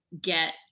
get